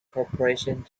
corporation